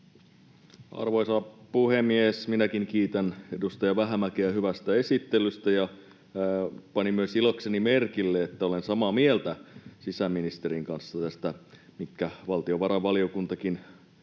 Arvoisa puhemies! Minäkin kiitän edustaja Vähämäkeä hyvästä esittelystä, ja panin myös ilokseni merkille, että olen samaa mieltä sisäministerin kanssa näistä, mitkä valtiovarainvaliokuntakin